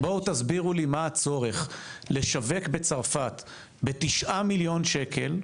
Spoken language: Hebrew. בואו תסבירו לי מה הצורך לשווק בצרפת ב-9 מיליון שקל,